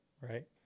right